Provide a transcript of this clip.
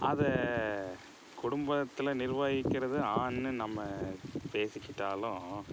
அதை குடும்பத்தில் நிர்வகிக்கிறது ஆண் நம்ம பேசிக்கிட்டாலும்